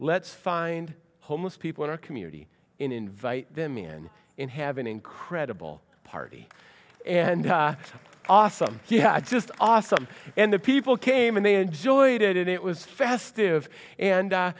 let's find homeless people in our community invite them in and have an incredible party and awesome yeah it's just awesome and the people came and they enjoyed it it was festive and